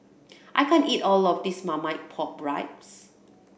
I can't eat all of this marmite pork